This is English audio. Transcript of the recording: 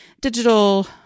digital